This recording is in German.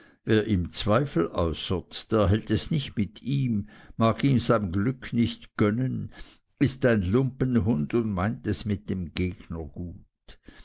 wer ihm zweifel äußert der hält es nicht mit ihm mag ihm sein glück nicht gönnen ist ein lumpenhund und meint es mit dem gegner gut